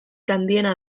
handiena